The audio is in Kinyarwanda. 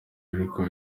ariko